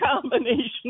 combination